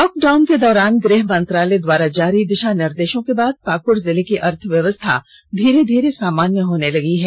lock down के दौरान गृह मंत्रालय द्वारा जारी दिषा निर्देषों के बाद पाकड़ जिले की अर्थव्यवस्था धीरे धीरे सामान्य होने लगी है